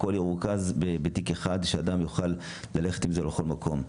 הכל ירוכז בתיק אחד שאדם יוכל ללכת עם זה לכל מקום.